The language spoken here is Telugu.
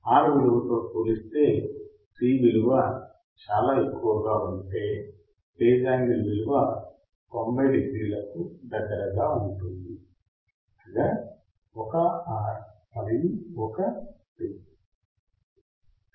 R విలువతో పోలిస్తే C విలువ చాలా ఎక్కువగా ఉంటే ఫేజ్ యాంగిల్ విలువ 90 డిగ్రీలకు దగ్గరగా ఉంటుంది అనగా ఒక R మరియు ఒక C